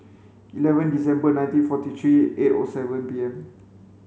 eleven December nineteen forty three eight O seven P M